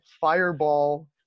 fireball